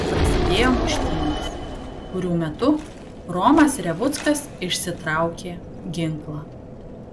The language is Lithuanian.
prasidėjo muštynės kurių metu romas revuckas išsitraukė ginklą